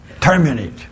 Terminate